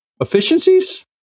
efficiencies